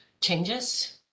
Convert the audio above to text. changes